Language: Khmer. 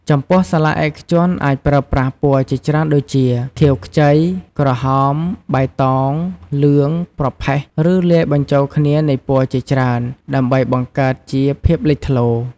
ចំពោះសាលាឯកជនអាចប្រើប្រាស់ពណ៌ជាច្រើនដូចជា ខៀវខ្ចី ក្រហម បៃតង លឿង ប្រផេះ ឬលាយបញ្ចូលគ្នានៃពណ៌ជាច្រើន ដើម្បីបង្កើតជាភាពលេចធ្លោ។